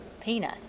Peanut